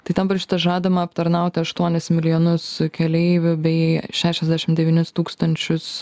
tai ten parašyta žadama aptarnauti aštuonis milijonus keleivių bei šešiasdešim devynis tūkstančius